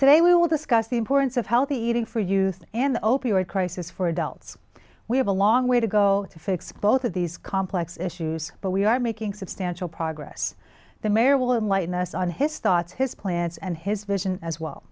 today we will discuss the importance of healthy eating for youth and opioid crisis for adults we have a long way to go to fix both of these complex issues but we are making substantial progress the mayor will enlighten us on his thoughts his plans and his vision as well